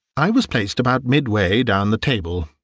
i was placed about midway down the table.